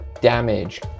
damage